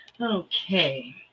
Okay